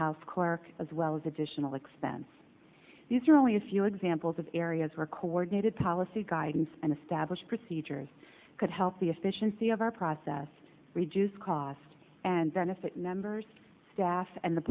house score as well as additional expense these are only a few examples of areas where coordinated policy guidance and established procedures could help the efficiency of our process reduce cost and benefit members staff and the